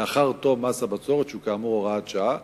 לאחר תום מס הבצורת, שהוא, כאמור, הוראת שעה.